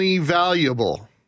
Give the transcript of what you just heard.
valuable